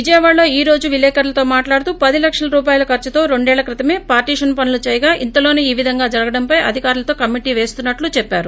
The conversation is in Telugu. విజయవాడలో ేఈ రోజు విలేకరులతో మాట్లాడుతూ పది లక్షల రూపాయల ఖర్సుతో రెండేళ్ల క్రితమే పార్లేషన్ పనులను చేయగా ఇంతలోసే ఈ విధంగా జరగడంపై అధికారులతో కమిటీ వేస్తున్నట్లుగా చెప్పారు